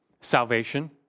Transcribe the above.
salvation